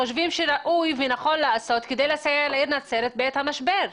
חושבים שראוי ונכון לעשות כדי לסייע לעיר נצרת בעת המשבר.